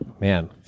Man